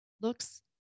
Looks